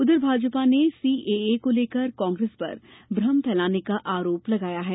उधर भाजपा ने सीएए को लेकर कांग्रेस पर भ्रम फैलाने का आरोप लगाया है